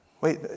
Wait